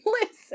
Listen